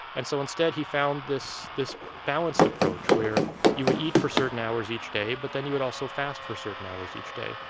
and so instead, he found this this balanced approach where you would eat for certain hours each day, but then, you would also fast for certain hours each day.